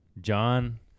John